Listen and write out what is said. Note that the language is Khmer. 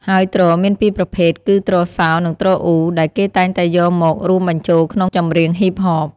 ហើយទ្រមានពីប្រភេទ គឺ ទ្រសោ និងទ្រអ៊ូ ដែលគេតែងតែយកមករួមបញ្ចូលក្នុងចម្រៀងហុីបហប។